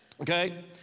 Okay